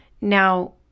Now